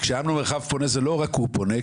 וכשאמנון מרחב פונה זה לא רק הוא פונה,